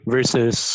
Versus